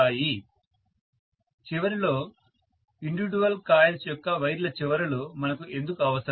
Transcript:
student చివరలో individual coils యొక్క వైర్ల చివరలు మనకు ఎందుకు అవసరం